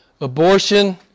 abortion